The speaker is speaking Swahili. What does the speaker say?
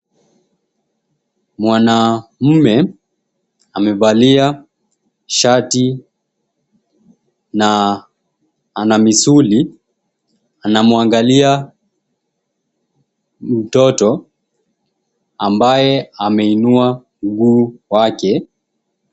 Mwanamume amevalia shati na anamisuli anamwangalia mtoto ambaye ameinua mguu wake